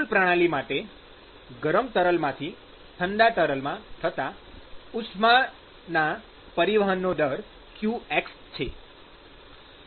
કુલ પ્રણાલી માટે ગરમ તરલથી ઠંડા તરલમાં થતાં ઉષ્માના પરિવહનનો દર qx છે